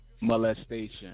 Molestation